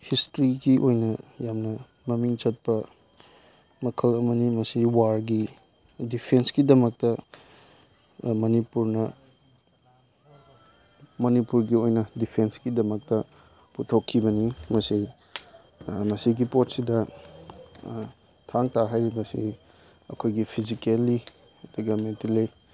ꯍꯤꯁꯇ꯭ꯔꯤꯒꯤ ꯑꯣꯏꯅ ꯌꯥꯝꯅ ꯃꯃꯤꯡ ꯆꯠꯄ ꯃꯈꯜ ꯑꯃꯅꯤ ꯃꯁꯤ ꯋꯥꯔꯒꯤ ꯗꯤꯐꯦꯟꯁꯀꯤꯗꯃꯛꯇ ꯃꯅꯤꯄꯨꯔꯅ ꯃꯅꯤꯄꯨꯔꯒꯤ ꯑꯣꯏꯅ ꯗꯤꯐꯦꯟꯁꯀꯤꯗꯃꯛꯇ ꯄꯨꯊꯣꯛꯈꯤꯕꯅꯤ ꯃꯁꯤ ꯃꯁꯤꯒꯤ ꯄꯣꯠꯁꯤꯗ ꯊꯥꯡ ꯇꯥ ꯍꯥꯏꯔꯤꯕꯁꯤ ꯑꯩꯈꯣꯏꯒꯤ ꯐꯤꯖꯤꯀꯦꯜꯂꯤ ꯑꯗꯨꯒ ꯃꯦꯟꯇꯦꯜꯂꯤ